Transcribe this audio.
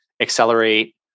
accelerate